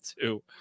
two